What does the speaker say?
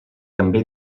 també